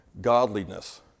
Godliness